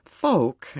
folk